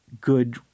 good